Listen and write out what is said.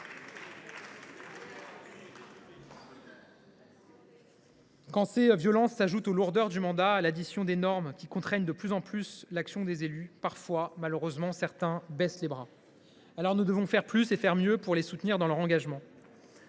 Quand les violences s’ajoutent aux lourdeurs du mandat et à l’addition des normes, qui contraignent de plus en plus l’action des élus, il arrive malheureusement que certains baissent les bras. Nous devons donc faire plus et mieux pour les soutenir dans leur engagement.